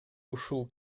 ушул